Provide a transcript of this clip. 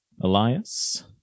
Elias